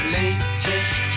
latest